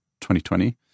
2020